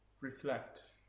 reflect